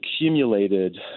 accumulated